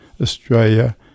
Australia